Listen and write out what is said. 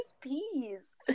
peas